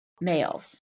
males